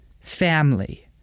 family